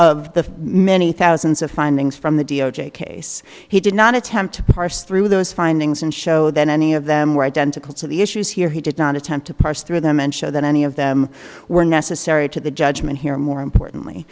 of the many thousands of findings from the d o j case he did not attempt to parse through those findings and show that any of them were identical to the issues here he did not attempt to parse through them and show that any of them were necessary to the judgment here more importantly